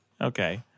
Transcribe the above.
Okay